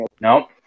Nope